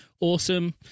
awesome